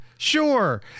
Sure